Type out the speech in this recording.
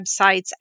websites